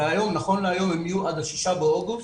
ונכון להיום הן יהיו עד ה-6 באוגוסט,